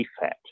fat